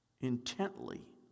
intently